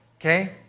okay